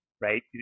right